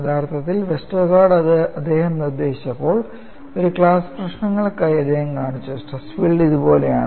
യഥാർത്ഥത്തിൽ വെസ്റ്റർഗാർഡ് അദ്ദേഹം നിർദ്ദേശിച്ചപ്പോൾ ഒരു ക്ലാസ് പ്രശ്നങ്ങൾക്കായി അദ്ദേഹം കാണിച്ചു സ്ട്രെസ് ഫീൽഡ് ഇതുപോലെയാണ്